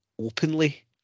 openly